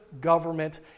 government